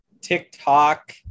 TikTok